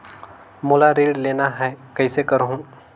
मोला ऋण लेना ह, कइसे करहुँ?